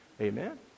Amen